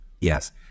Yes